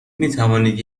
میتوانید